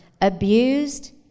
abused